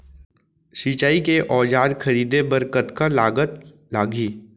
सिंचाई के औजार खरीदे बर कतका लागत लागही?